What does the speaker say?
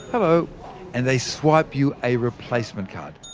um ah and they swipe you a replacement card.